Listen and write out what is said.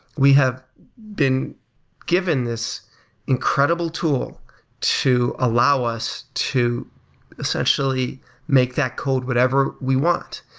we have been given this incredible tool to allow us to essentially make that code whatever we want.